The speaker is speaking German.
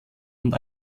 und